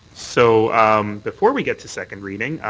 so before we get to second reading,